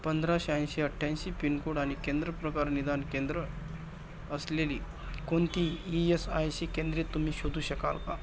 पंधरा शहाऐंशी अठ्ठ्याऐंशी पिनकोड आणि केंद्रप्रकार निदान केंद्र असलेली कोणती ई एस आय सी केंद्रे तुम्ही शोधू शकाल का